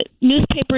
newspapers